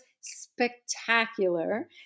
spectacular